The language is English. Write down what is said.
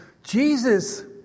Jesus